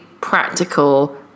practical